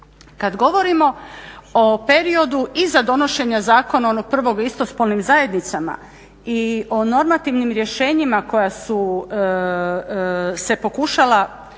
Kad govorimo o periodu iza donošenja zakona onoga prvoga o istospolnim zajednicama i o normativnim rješenjima koja su se pokušala